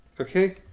Okay